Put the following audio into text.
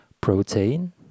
protein